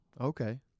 Okay